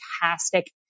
fantastic